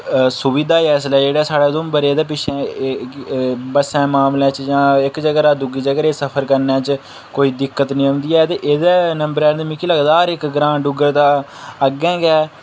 सुविधा इसलै जेह्ड़े उधमपुर एह्दे पिच्छै बस्सां मामले च जां इक जगह् दा दुई जगर दा सफर करना कोई दिक्कत नी आंदी ऐ ते पैह्ले नंबर ते मिगी लगदा कि हर इक ग्रांऽ डुग्गर दा अग्गें गै